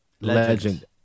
legend